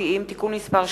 תודה רבה, אדוני היושב-ראש.